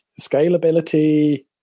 scalability